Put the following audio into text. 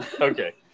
Okay